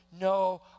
No